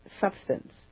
substance